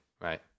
right